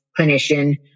clinician